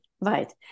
Right